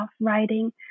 writing